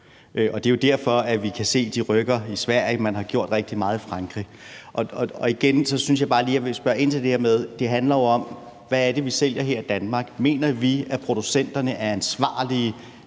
Det er jo derfor, vi kan se, at de rykker i Sverige, og man har gjort rigtig meget i Frankrig. Igen synes jeg bare lige jeg vil spørge ind til det her med, at det jo handler om, hvad det er, vi sælger her i Danmark. Mener vi, at producenterne er ansvarlige